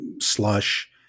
slush